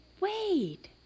wait